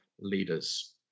leaders